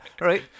right